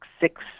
six